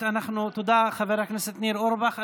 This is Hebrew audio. תודה, חבר הכנסת ניר אורבך.